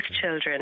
children